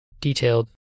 detailed